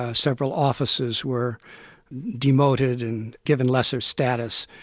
ah several offices were demoted and given lesser status,